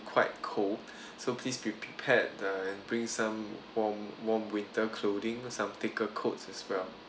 quite cold so please be prepared uh and bring some warm warm winter clothing some thicker coats as well